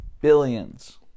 Billions